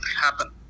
happen